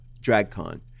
DragCon